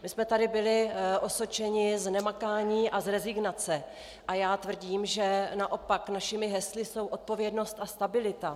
My jsme tady byli osočeni z nemakání a z rezignace a já tvrdím, že naopak našimi hesly jsou odpovědnost a stabilita.